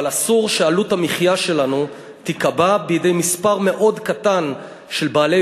אבל אסור שעלות המחיה שלנו תיקבע בידי מספר מאוד קטן של בעלי